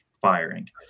firing